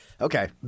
Okay